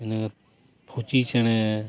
ᱯᱷᱩᱪᱤ ᱪᱮᱬᱮ